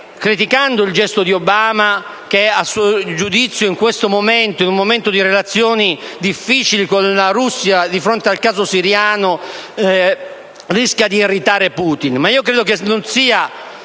criticando il gesto di Obama che a suo giudizio, in un momento di relazioni difficili con la Russia di fronte al caso siriano, rischia di irritare Putin; io ritengo però che non sia